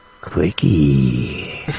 Quickie